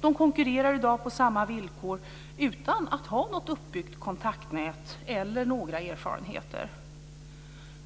De konkurrerar i dag på samma villkor utan att ha något uppbyggt kontaktnät eller några erfarenheter.